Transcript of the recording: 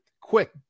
Quick